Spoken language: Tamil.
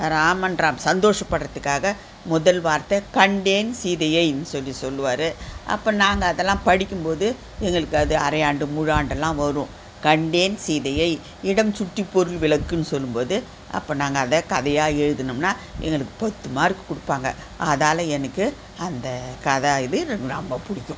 ராமன் சந்தோஷப் படுறத்துக்காக முதல் வார்த்தை கண்டேன் சீதையைன்னு சொல்லி சொல்வாரு அப்போ நாங்கள் அதெல்லாம் படிக்கும் போது எங்களுக்கு அது அரையாண்டு முழாண்டுலலாம் வரும் கண்டேன் சீதையை இடம் சுட்டி பொருள் விளக்குகன்னு சொல்லும்போது அப்போ நாங்கள் அதை கதையாக எழுதுனோம்னா எங்களுக்கு பத்து மார்க் கொடுப்பாங்க அதால் எனக்கு அந்த கதை இது எனக்கு ரொம்ப பிடிக்கும்